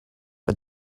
but